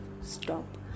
stop